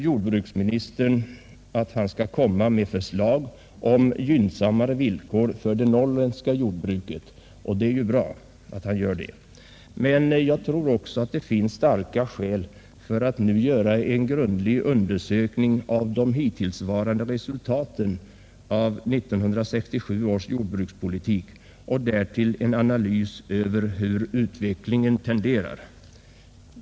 Jordbruksministern signalerar nu att han skall komma med förslag om gynnsammare villkor för det norrländska jordbruket, och det är bra att han gör det. Men det finns starka skäl att nu göra en grundlig undersökning av det hittillsvarande resultatet av 1967 års jordbrukspolitik och därtill en analys över utvecklingstendenserna.